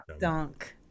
Dunk